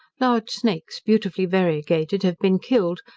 large snakes beautifully variegated have been killed,